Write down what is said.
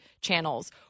channels